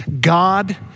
God